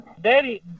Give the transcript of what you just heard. daddy